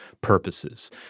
purposes